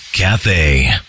Cafe